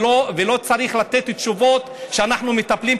ולא צריך לתת תשובות שאנחנו מטפלים,